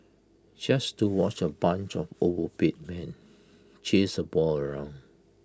just to watch A bunch of overpaid men chase A ball around